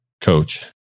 coach